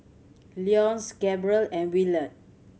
Leonce Gabriel and Willard